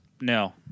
No